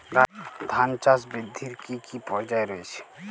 ধান চাষ বৃদ্ধির কী কী পর্যায় রয়েছে?